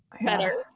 better